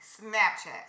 Snapchat